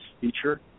Feature